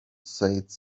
said